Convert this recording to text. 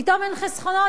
פתאום אין חסכונות,